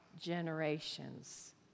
generations